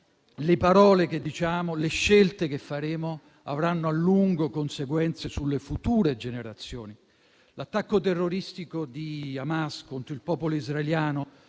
le parole che diciamo e le scelte che faremo avranno a lungo conseguenze sulle future generazioni. L'attacco terroristico di Hamas contro il popolo israeliano,